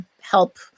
help